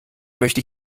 möchte